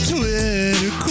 Twitter